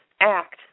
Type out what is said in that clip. act